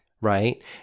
right